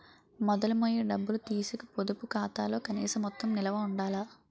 మొదలు మొయ్య డబ్బులు తీసీకు పొదుపు ఖాతాలో కనీస మొత్తం నిలవ ఉండాల